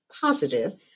positive